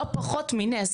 לא פחות מנס,